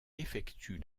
effectue